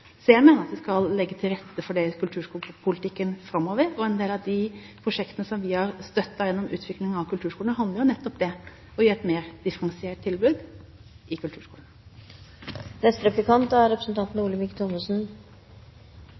det i kulturskolepolitikken framover. En del av de prosjektene som vi har støttet gjennom utvikling av kulturskolene, handler nettopp om å gi et mer differensiert tilbud i kulturskolen. Jeg er selvfølgelig innforstått med at det er